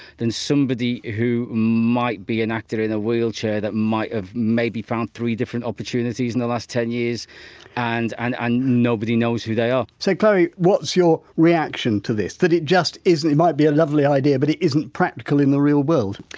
than somebody who might be an actor in a wheelchair that might have maybe found three different opportunities in the last ten years and and and nobody knows who they are so, chloe, what's your reaction to this, that it just isn't it might be a lovely idea but it isn't practical in the real world?